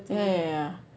ya ya ya